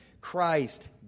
Christ